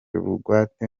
bugwate